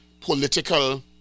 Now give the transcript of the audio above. political